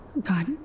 God